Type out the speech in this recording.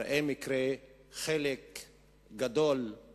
ראה בחלק גדול ממה שנקרא public schools